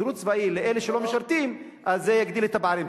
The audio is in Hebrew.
שירות צבאי, לאלה שלא משרתים, זה יגדיל את הפערים.